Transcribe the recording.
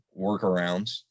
workarounds